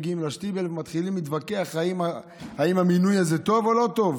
מגיעים לשטיבל ומתחילים להתווכח: האם המינוי הזה טוב או לא טוב?